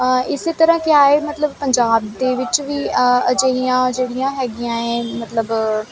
ਇਸੇ ਤਰ੍ਹਾਂ ਕਿਆ ਹ ਮਤਲਬ ਪੰਜਾਬ ਦੇ ਵਿੱਚ ਵੀ ਅਜਿਹੀਆਂ ਜਿਹੜੀਆਂ ਹੈਗੀਆਂ ਮਤਲਬ